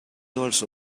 also